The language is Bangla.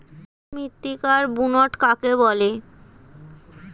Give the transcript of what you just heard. মৃত্তিকার বুনট কাকে বলে?